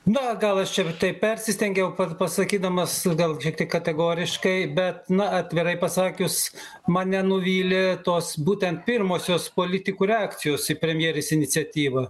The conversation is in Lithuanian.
na gal aš ir taip persistengiau pasakydamas gal šiek tiek kategoriškai bet na atvirai pasakius mane nuvylė tos būtent pirmosios politikų reakcijos į premjerės iniciatyvą